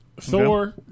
Thor